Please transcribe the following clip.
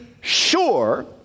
sure